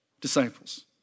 disciples